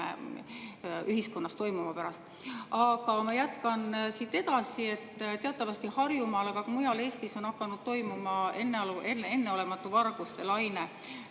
ühiskonnas toimuva pärast. Aga ma jätkan. Teatavasti Harjumaal, aga ka mujal Eestis, on hakanud toimuma enneolematu varguste laine